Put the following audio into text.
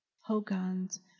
hogan's